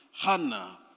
Hannah